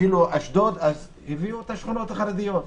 אפילו אשדוד, הן שכונות חרדיות.